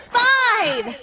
five